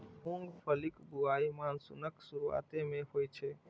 मूंगफलीक बुआई मानसूनक शुरुआते मे होइ छै